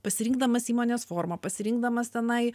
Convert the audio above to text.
pasirinkdamas įmonės formą pasirinkdamas tenai